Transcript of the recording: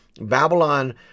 Babylon